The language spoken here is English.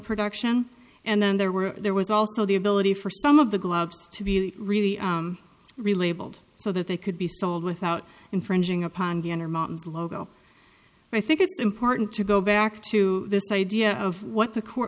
production and then there were there was also the ability for some of the gloves to be really relabeled so that they could be sold without infringing upon the owner mountains logo i think it's important to go back to this idea of what the court